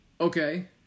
Okay